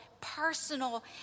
personal